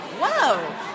Whoa